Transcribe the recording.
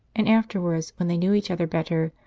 and afterwards, when they knew each other better,